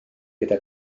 gyda